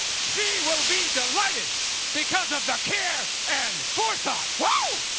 she will be delighted because of the care and forethought! whoa!